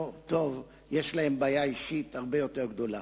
טוב יש להם בעיה אישית הרבה יותר גדולה.